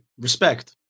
Respect